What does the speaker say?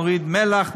מוריד מלח,